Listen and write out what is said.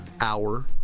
hour